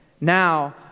Now